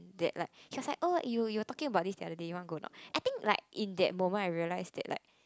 that like he was like oh you're talking about this the other day you want to go or not I think like in that moment that I realise that like